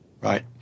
Right